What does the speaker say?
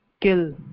kill